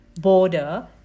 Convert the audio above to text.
border